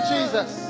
Jesus